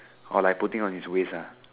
or like putting on his waist ah